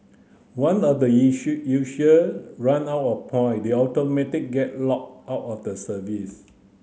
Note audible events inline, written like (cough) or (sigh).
one the (unintelligible) user run out of point they automatic get locked out of the service